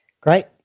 Great